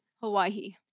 Hawaii